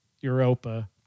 Europa